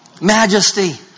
Majesty